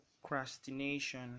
procrastination